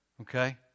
Okay